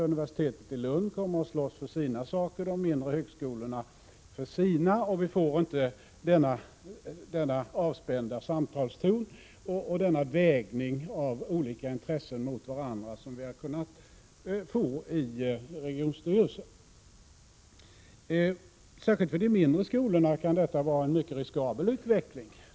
Universitetet i Lund kommer att slåss för sina saker, de mindre högskolorna för sina, och vi får inte denna avspända samtalston och denna avvägning av olika intressen mot varandra som vi har kunnat få i regionstyrelsen. Särskilt för de mindre högskolorna kan detta vara en mycket riskabel utveckling.